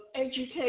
education